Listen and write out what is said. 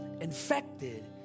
infected